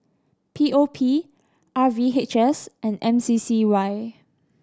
P O P R V H S and M C C Y